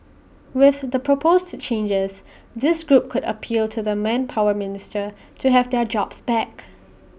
with the proposed changes this group could appeal to the manpower minister to have their jobs back